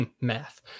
math